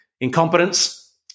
Incompetence